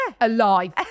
alive